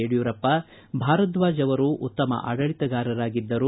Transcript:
ಯಡಿಯೂರಪ್ಪ ಭಾರದ್ವಾಜ್ ಅವರು ಉತ್ತಮ ಆಡಳಿತಗಾರರಾಗಿದ್ದರು